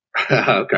Okay